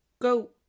go